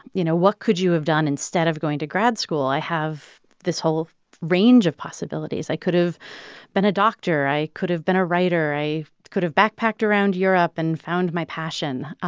you know, what could you have done instead of going to grad school, i have this whole range of possibilities. i could have been a doctor. i could have been a writer. i could have backpacked around europe and found my passion.